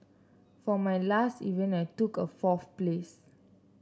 for my last event I took a fourth place